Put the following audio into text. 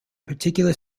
particular